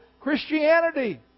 Christianity